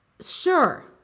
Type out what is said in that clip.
Sure